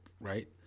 right